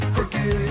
Crooked